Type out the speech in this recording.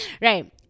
right